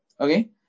Okay